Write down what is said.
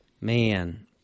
Man